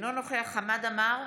אינו נוכח חמד עמאר,